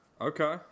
Okay